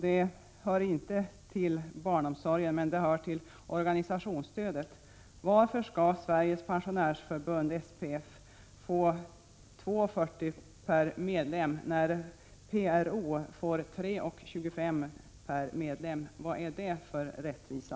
Den hör inte till barnomsorgen, men den hör till organisationsstödet. Varför skall Sveriges Pensionärsförbund, SPF, få 2:40 per medlem när PRO får 3:25? Vad är det för rättvisa?